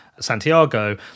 Santiago